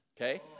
okay